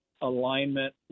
alignment